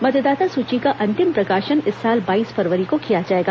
मतदाता सूची का अंतिम प्रकाशन इस साल बाईस फरवरी को किया जाएगा